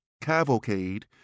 Cavalcade